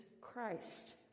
christ